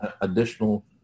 additional